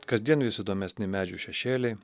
kasdien vis įdomesni medžių šešėliai